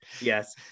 yes